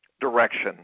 direction